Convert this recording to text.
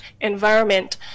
environment